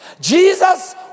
Jesus